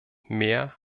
mehr